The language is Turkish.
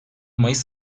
mayıs